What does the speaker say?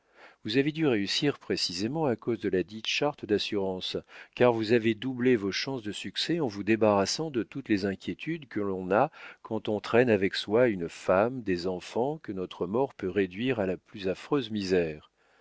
vous avez dû réussir précisément à cause de ladite charte d'assurance car vous avez doublé vos chances de succès en vous débarrassant de toutes les inquiétudes que l'on a quand on traîne avec soi une femme des enfants que notre mort peut réduire à la plus affreuse misère